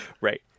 Right